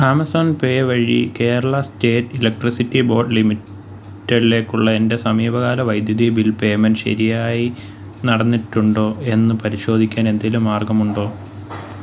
Amazon pay വഴി Kerala state electricity board limited ലേക്കുള്ള എൻ്റെ സമീപകാല വൈദ്യുതി ബിൽ പേയ്മെൻറ്റ് ശരിയായി നടന്നിട്ടുണ്ടോ എന്ന് പരിശോധിക്കാൻ എന്തെങ്കിലും മാർഗമുണ്ടോ